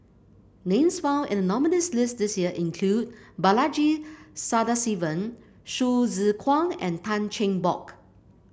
names found in nominees' list this year include Balaji Sadasivan Hsu Tse Kwang and Tan Cheng Bock